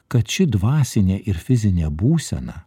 kad ši dvasinė ir fizinė būsena